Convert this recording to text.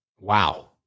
wow